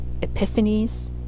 epiphanies